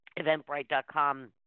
Eventbrite.com